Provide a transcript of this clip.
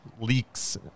leaks